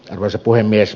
arvoisa puhemies